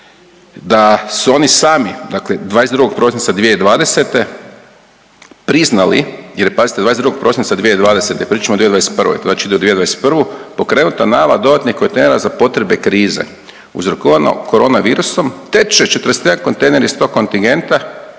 da su oni sami 22. prosinca 2020. priznali jer pazite 22. prosinca 2020. pričamo o 2021., znači … 2021. pokrenuta nabava dodatnih kontejnera za potrebe krize uzrokovano korona virusom … 41 kontejner iz tog kontingenta,